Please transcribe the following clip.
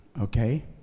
Okay